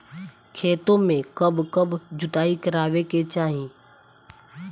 खेतो में कब कब जुताई करावे के चाहि?